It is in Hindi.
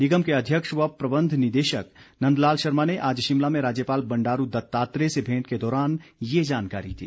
निगम के अध्यक्ष व प्रबंध निदेशक नंद लाल शर्मा ने आज शिमला में राज्यपाल बंडारू दत्तात्रेय से भेंट के दौरान ये जानकारी दी